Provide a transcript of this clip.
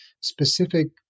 specific